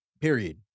Period